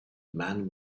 man